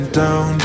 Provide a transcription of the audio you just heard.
down